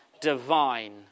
divine